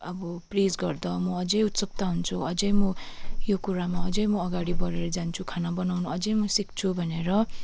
अब प्रेज गर्दा म अझै उत्सुकता हुन्छु अझै म यो कुरामा अझै म अगाडि बढेर जान्छु खाना बनाउनु अझै म सिक्छु भनेर